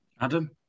Adam